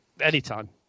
Anytime